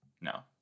No